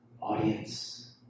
audience